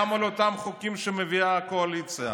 גם על אותם חוקים שמביאה הקואליציה.